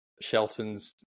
Shelton's